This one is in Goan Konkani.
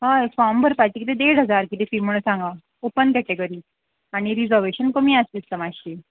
हय फॉम भरपाचें किदें देड हजार किदें फी म्हण सांग ओपन कॅटेगरी आनी रिजवेशन कमी आस दिसता मातशी